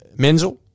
Menzel